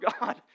God